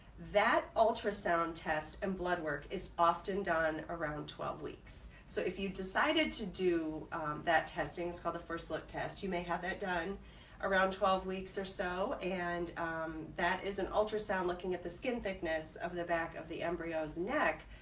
that ultrasound test and blood work is often done around twelve weeks. so if you've decided to do that testing it's called the first look test. you may have that done around twelve weeks or so and um that is an ultrasound looking at the skin thickness of the back of the embryo's neck.